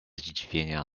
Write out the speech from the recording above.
zdziwienia